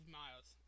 miles